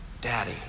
Daddy